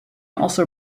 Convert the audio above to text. also